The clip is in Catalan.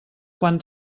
quan